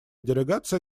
делегация